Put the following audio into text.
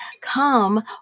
come